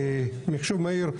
מחישוב מהיר,